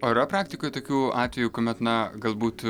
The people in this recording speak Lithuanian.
o yra praktikoj tokių atvejų kuomet na galbūt